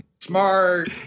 smart